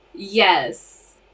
Yes